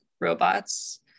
robots